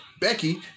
...Becky